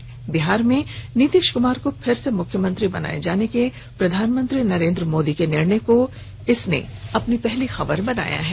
वहीं बिहार में नीतीश कुमार को फिर से मुख्यमंत्री बनाये जाने के प्रधानमंत्री नरेंद्र मोदी के निर्णय को अपनी पहली खबर बनाया है